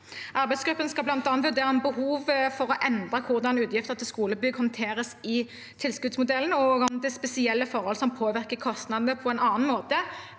Arbeidsgruppen skal bl.a. vurdere behovet for å endre hvordan utgifter til skolebygg håndteres i tilskuddsmodellen, og om det er spesielle forhold som påvirker kostnadene på en annen måte